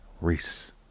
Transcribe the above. Reese